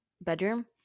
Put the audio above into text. bedroom